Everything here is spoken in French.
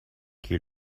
qui